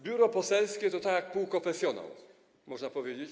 Biuro poselskie to jak półkonfesjonał, można powiedzieć.